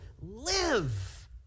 live